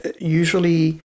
usually